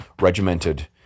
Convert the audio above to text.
regimented